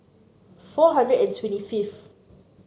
four hundred and twenty fifth